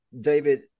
david